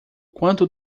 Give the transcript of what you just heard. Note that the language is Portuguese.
quanto